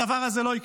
הדבר הזה לא יקרה.